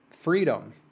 freedom